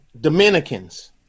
Dominicans